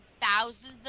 thousands